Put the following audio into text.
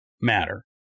matter